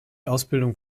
ausbildung